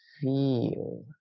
feel